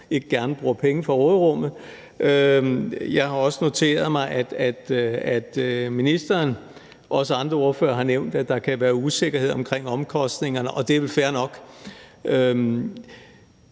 ikke gerne bruger penge fra råderummet – og jeg har også noteret mig, at ministeren og også andre ordførere har nævnt, at der kan være en usikkerhed omkring omkostningerne, og det er vel fair nok.